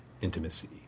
intimacy